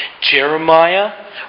Jeremiah